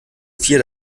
vier